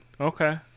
Okay